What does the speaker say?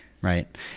Right